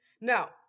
Now